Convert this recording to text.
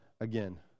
again